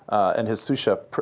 and his sous chef,